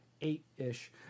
eight-ish